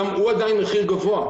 גם הוא עדיין מחיר גבוה.